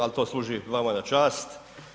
Ali to služi vama na čast.